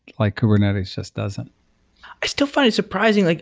like kubernetes just doesn't i still find surprising. like